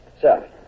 Sir